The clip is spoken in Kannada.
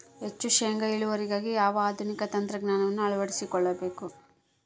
ಹೆಚ್ಚು ಶೇಂಗಾ ಇಳುವರಿಗಾಗಿ ಯಾವ ಆಧುನಿಕ ತಂತ್ರಜ್ಞಾನವನ್ನು ಅಳವಡಿಸಿಕೊಳ್ಳಬೇಕು?